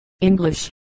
English